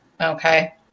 okay